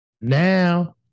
Now